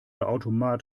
automat